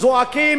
זועקים